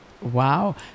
Wow